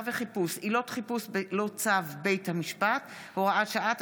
וחיפוש) (עילות חיפוש בלא צו בית משפט) (הוראת שעה),